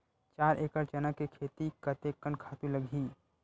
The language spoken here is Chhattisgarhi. चार एकड़ चना के खेती कतेकन खातु लगही?